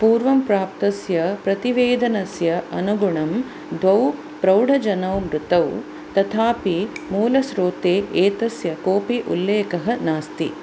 पूर्वं प्राप्तस्य प्रतिवेदनस्य अनुगुणम् द्वौ प्रौढजनौ मृतौ तथापि मूलस्रोते एतस्य कोऽपि उल्लेखः नास्ति